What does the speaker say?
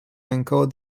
encode